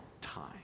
time